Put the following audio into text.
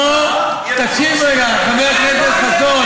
תקשיב רגע, חבר הכנסת חסון.